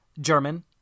German